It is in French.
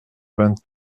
vingt